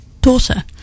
Daughter